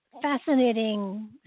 fascinating